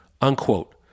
unquote